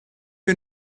you